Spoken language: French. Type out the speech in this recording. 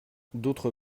d’autre